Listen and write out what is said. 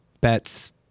bets